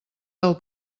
del